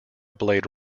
blade